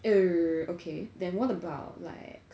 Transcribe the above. err okay then what about like